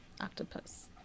Octopus